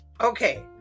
Okay